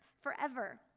forever